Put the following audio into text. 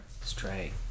Stray